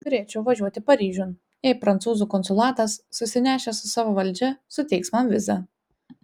turėčiau važiuoti paryžiun jei prancūzų konsulatas susinešęs su savo valdžia suteiks man vizą